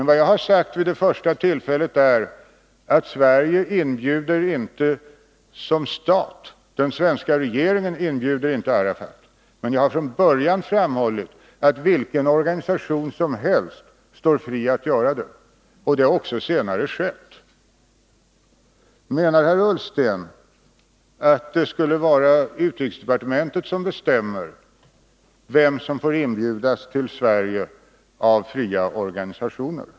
Vad jag sade vid det första tillfället var att Sverige som stat, att den svenska regeringen inte kan inbjuda Arafat. Men jag har från början framhållit att det står vilken organisation som helst fritt att inbjuda Arafat. Det har också senare skett. Menar herr Ullsten att det är utrikesdepartementet som skall bestämma vem som får inbjudas till Sverige av fria organisationer?